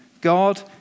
God